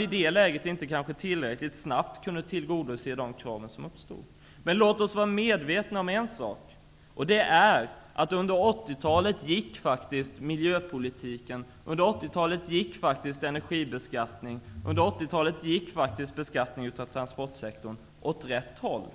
I det läget kunde man kanske inte tillräckligt snabbt tillgodose dessa krav. Men låt oss vara medvetna om att miljöpolitiken, energibeskattningen och beskattningen av transportsektorn faktiskt gick åt rätt håll under 80 talet.